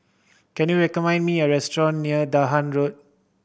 can you recommend me a restaurant near Dahan Road